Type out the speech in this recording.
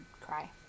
cry